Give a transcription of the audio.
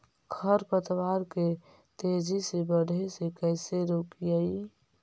खर पतवार के तेजी से बढ़े से कैसे रोकिअइ?